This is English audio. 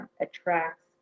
attracts